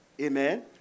Amen